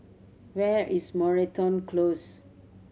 where is Moreton Close